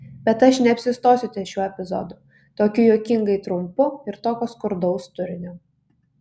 bet aš neapsistosiu ties šiuo epizodu tokiu juokingai trumpu ir tokio skurdaus turinio